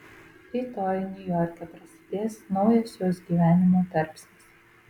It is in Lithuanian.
rytoj niujorke prasidės naujas jos gyvenimo tarpsnis